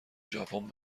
ژاپن